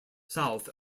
south